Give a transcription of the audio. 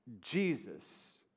Jesus